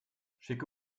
schicke